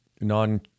non